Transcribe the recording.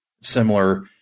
similar